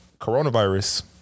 coronavirus